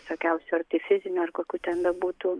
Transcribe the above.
visokiausių ar tai fizinių ar kokių ten bebūtų